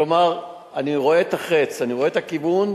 כלומר אני רואה את החץ, אני רואה את הכיוון,